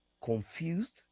confused